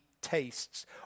tastes